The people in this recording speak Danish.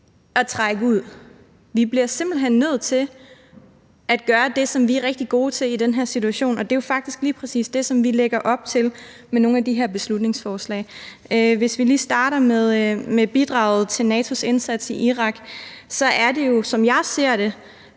at trække os ud, og vi bliver simpelt hen nødt til at gøre det, som vi er rigtig gode til i den her situation, og det er faktisk lige præcis det, som vi lægger op til med nogle af de her beslutningsforslag. Hvis vi lige starter med bidraget til NATO's indsats i Irak, er det, som jeg ser det,